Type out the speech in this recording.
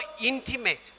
intimate